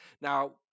now